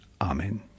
Amen